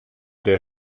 der